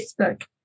Facebook